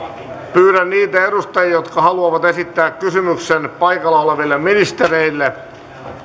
pyydän niitä edustajia jotka haluavat esittää kysymyksen paikalla oleville ministereille